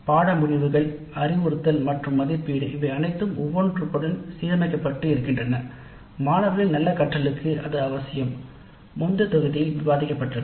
பாடநெறி முடிவுகள் அறிவுறுத்தல் மற்றும் மதிப்பீடு அவை அனைத்தும் ஒவ்வொன்றையும் இணைத்துள்ளன மாணவர்களின் நல்ல கற்றலுக்கு அது அவசியம் முந்தைய தொகுதியில் விவாதிக்கப்பட்டது